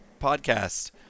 Podcast